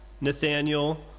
Nathaniel